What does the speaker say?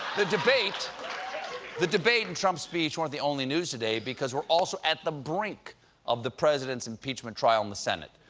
the debate the debate and trump's speech weren't the only news today. because we're also at the brink of the president's impeachment trial in and the senate.